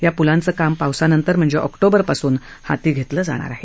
या प्लांचं काम पावसानंतर म्हणजे ऑकटोबरपासून हाती घेतलं जाणार आहे